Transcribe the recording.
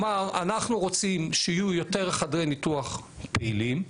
אנחנו רוצים שיהיו יותר חדרי ניתוח פעילים,